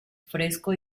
fresco